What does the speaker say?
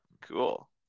cool